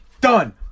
done